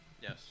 Yes